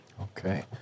Okay